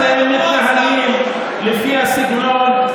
אתם מתנהלים לפי הסגנון,